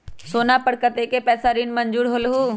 सोना पर कतेक पैसा ऋण मंजूर होलहु?